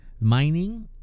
Mining